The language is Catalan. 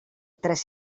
tres